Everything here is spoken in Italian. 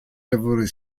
lavoro